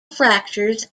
fractures